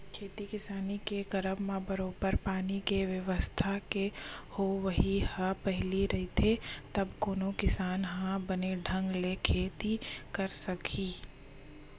खेती किसानी के करब म बरोबर पानी के बेवस्था के होवई ह पहिली रहिथे तब कोनो किसान ह बने ढंग ले खेती करे सकही